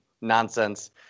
nonsense